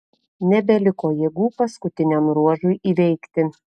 nebeliko jėgų paskutiniam ruožui įveikti